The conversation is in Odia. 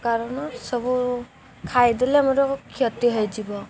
କାରଣ ସବୁ ଖାଇଦେଲେ ଆମର କ୍ଷତି ହେଇଯିବ